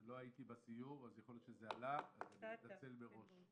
לא הייתי בסיור אז יכול להיות שזה עלה ואני מתנצל מראש.